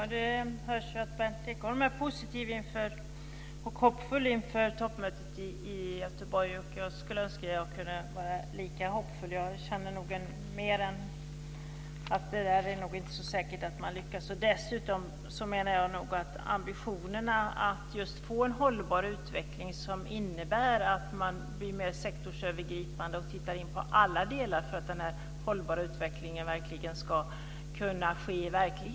Fru talman! Det hörs att Berndt Ekholm är positiv och hoppfull inför toppmötet i Göteborg. Jag önskar att jag kunde vara lika hoppfull. Jag känner mera att det inte är så säkert att man lyckas. Ambitionerna är att få en hållbar utveckling som innebär att man blir mer sektorsövergripande och ser över alla delar för att den hållbara utvecklingen verkligen ska kunna förverkligas.